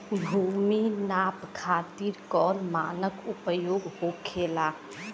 भूमि नाप खातिर कौन मानक उपयोग होखेला?